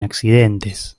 incidentes